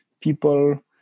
people